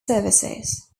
services